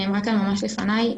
נאמר כאן ממש לפניי,